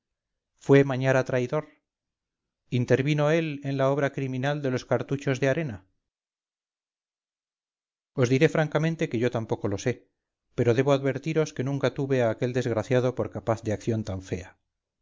fue mañara traidor intervino él en la obra criminal de los cartuchos de arena os diré francamente que yo tampoco lo sé pero debo advertiros que nunca tuve a aquel desgraciado por capaz de acción tan fea